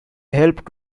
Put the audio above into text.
helped